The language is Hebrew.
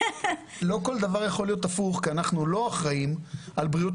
לא כל דבר יכול להיות הפוך כי אנחנו לא אחראים על בריאות